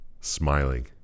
smiling